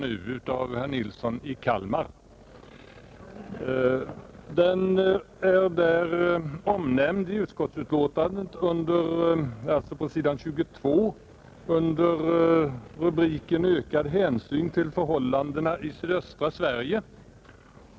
Den är omnämnd i utskottets betänkande på s. 22, där det heter att det i motionen yrkas att ”det skall tas ökad hänsyn till förhållandena i sydöstra Sverige”.